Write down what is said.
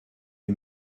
die